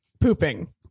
pooping